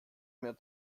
mehr